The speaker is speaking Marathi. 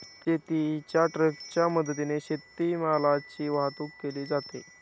शेतीच्या ट्रकच्या मदतीने शेतीमालाची वाहतूक केली जाते